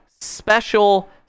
special